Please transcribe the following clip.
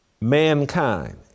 mankind